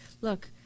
look